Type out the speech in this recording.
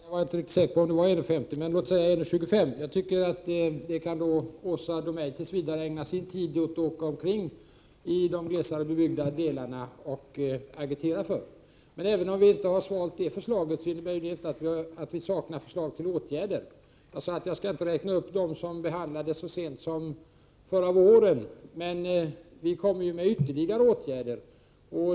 Herr talman! Jag var inte riktigt säker på om det var 1 kr. 50 öre. Låt oss säga 1 kr. 25 öre. Jag tycker att Åsa Domeij tills vidare kan ägna sin tid åt att åka omkring i de glesare bebyggda delarna och agitera för en sådan höjning. Även om vi inte har svalt det förslaget betyder det inte att vi saknar förslag till åtgärder. Jag sade att jag inte skulle räkna upp de åtgärder som behandlades så sent som förra våren. Vi kommer dock med ytterligare åtgärder.